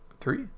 Three